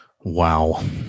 Wow